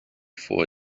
for